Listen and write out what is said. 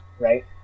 Right